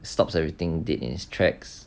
stops everything dead in its tracks